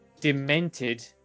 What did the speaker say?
Demented